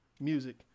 music